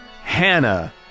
Hannah